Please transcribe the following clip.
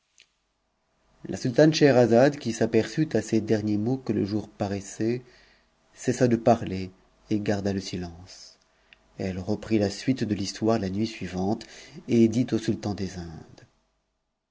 la sultane scheherazade qui s'aperçut à ces derniers mots que le jour paraissait cessa de parler et garda le silence elle reprit la suite de l'his'oirc la nuit suivante et dit au sultan des indes